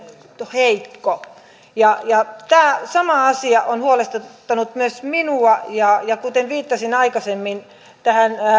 heikko tämä sama asia on huolestuttanut myös minua ja ja viittasin aikaisemmin tähän